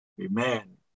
Amen